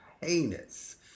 heinous